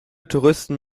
touristen